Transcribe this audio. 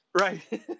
right